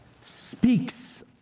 Speaks